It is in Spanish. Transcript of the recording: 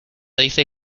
dice